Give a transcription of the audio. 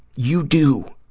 you do.